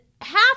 Half